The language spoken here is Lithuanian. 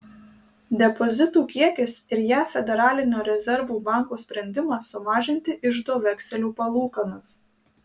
depozitų kiekis ir jav federalinio rezervų banko sprendimas sumažinti iždo vekselių palūkanas